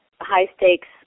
high-stakes